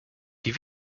die